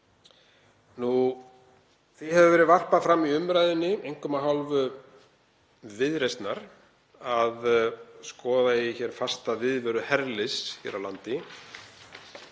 Því hefur verið varpað fram í umræðunni, einkum af hálfu Viðreisnar, að skoða eigi fasta viðveru herliðs hér á landi.